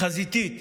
חזיתית